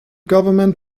government